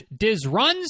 Dizruns